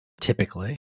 typically